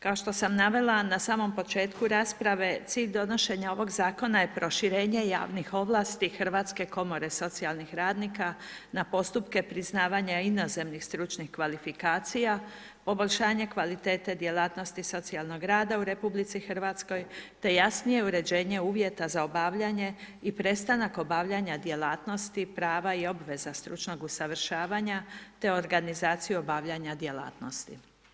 Kao što sam navela, na samom početku rasprave, cilj donošenja ovog zakona je proširenje javnih ovlasti hrvatske komore socijalnog radnika, na postupke prizivanje inozemnih stručnih kvalifikacije, poboljšanje kvalitete djelatnosti socijalnog rada u RH te jasnije uređenje uvjeta za obavljanje i prestanak obavljanja djelatnosti, prava i obveza stručnog usavršavanja, te organizaciju obavljanja djelatnosti.